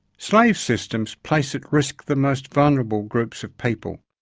slave systems place at risk the most vulnerable groups of people.